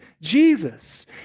Jesus